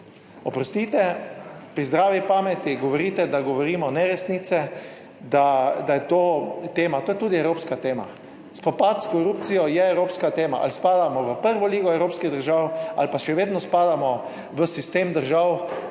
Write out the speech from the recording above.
Oprostite, pri zdravi pameti govorite, da govorimo neresnice, da je to tema, to je tudi evropska tema. Spopad s korupcijo je evropska tema. Ali spadamo v prvo ligo evropskih držav ali pa še vedno spadamo v sistem držav,